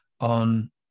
on